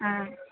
ஆ